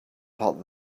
put